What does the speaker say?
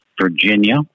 Virginia